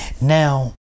Now